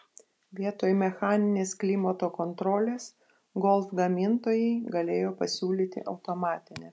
vietoj mechaninės klimato kontrolės golf gamintojai galėjo pasiūlyti automatinę